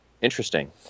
interesting